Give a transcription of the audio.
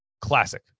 Classic